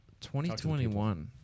2021